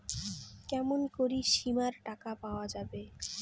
কেমন করি বীমার টাকা পাওয়া যাবে?